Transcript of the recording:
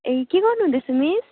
ए के गर्नुहुँदैछ मिस